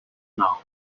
now